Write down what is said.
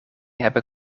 hebben